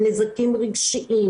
על נזקים רגשיים,